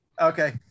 Okay